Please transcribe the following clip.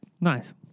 Nice